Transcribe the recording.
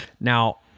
Now